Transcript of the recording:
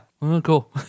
Cool